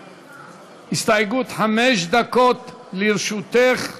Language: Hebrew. הסתייגות, חמש דקות לרשותך להסתייג.